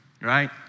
right